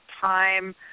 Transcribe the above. time